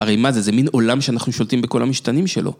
הרי מה זה? זה מין עולם שאנחנו שולטים בכל המשתנים שלו.